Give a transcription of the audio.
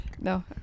No